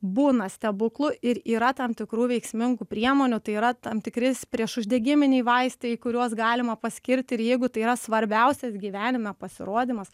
būna stebuklų ir yra tam tikrų veiksmingų priemonių tai yra tam tikri priešuždegiminiai vaistai kuriuos galima paskirti ir jeigu tai yra svarbiausias gyvenime pasirodymas